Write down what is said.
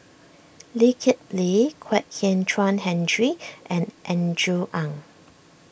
Lee Kip Lee Kwek Hian Chuan Henry and Andrew Ang